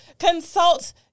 Consult